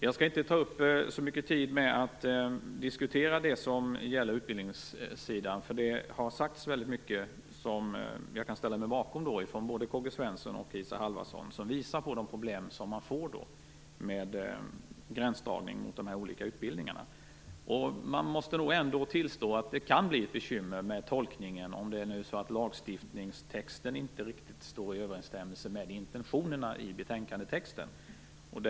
Jag skall inte ta upp så mycket tid med att diskutera det som gäller utbildningssidan. Det har sagts väldigt mycket av både K-G Svenson och Isa Halvarsson som jag kan ställa mig bakom och som visar på de problem man får med gränsdragningen mot de olika utbildningarna. Man måste ändå tillstå att det kan bli ett bekymmer med tolkningen om nu lagtexten inte riktigt står i överensstämmelse med intentionerna i betänkandetexten.